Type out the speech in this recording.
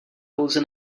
pouze